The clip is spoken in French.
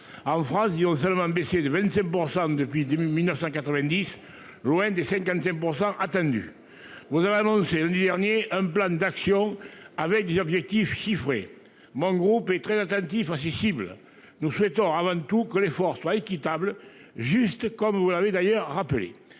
En France, disons seulement baissé de 25% depuis 2990 rwandais 55% attendus. Vous avez annoncé lundi dernier un plan d'action avec des objectifs chiffrés. Mon groupe est très attentif à ces cibles. Nous souhaitons avant tout que l'effort soit équitable, juste comme vous l'avez d'ailleurs rappelé